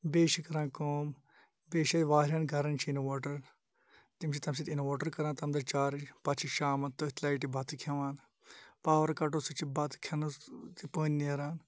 بیٚیہِ چھِ کَران کٲم بیٚیہِ چھُ واریَہَن گَرَن چھُ اِنؤٹَر تِم چھِ تمہِ سۭتۍ اِنؤٹَر کَران تمہِ دۄہ چارٕج پَتہٕ چھِ شامَن تٔتھۍ لایٹہِ بَتہٕ کھیٚوان پاوَر کَٹو سۭتۍ چھُ بَتہٕ کھیٚنَس تہٕ پٔنٛدۍ نیٚران